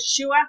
Yeshua